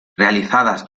realizadas